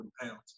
pounds